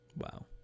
Wow